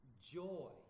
joy